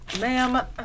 ma'am